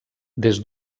des